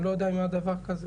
אני לא יודע אם היה דבר כזה,